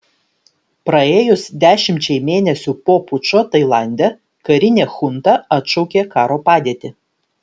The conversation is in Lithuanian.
praėjus dešimčiai mėnesių po pučo tailande karinė chunta atšaukė karo padėtį